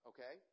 Okay